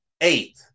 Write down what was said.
eight